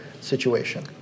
situation